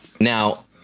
now